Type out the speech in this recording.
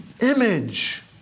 image